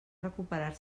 recuperar